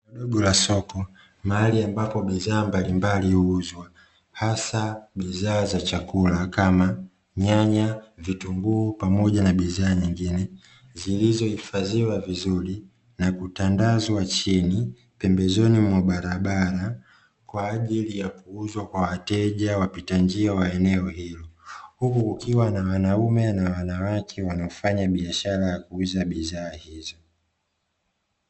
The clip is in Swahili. Hili ni soko, mahali ambapo bidhaa mbalimbali uuzwa hasa bidhaa za chakula kama nyanya, vitunguu pamoja na bidhaa nyingine zilizohifadhiwa vizuri, na kutandazwa chini pembezoni mwa barabara kwa ajili ya kuuzwa kwa wateja wapita njia wa eneo hilo, huku ukiwa na wanaume na wanawake wanafanya biashara ya kuuza bidhaa hizo.